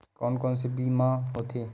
कोन कोन से बीमा होथे?